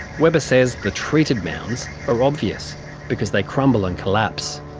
webber says the treated mounds are obvious because they crumble and collapse.